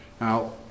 Now